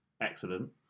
excellent